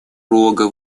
рога